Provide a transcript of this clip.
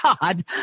God